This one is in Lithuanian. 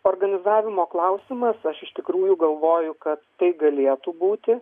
organizavimo klausimas aš iš tikrųjų galvoju kad tai galėtų būti